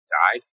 died